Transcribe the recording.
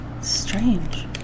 Strange